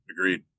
Agreed